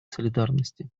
солидарности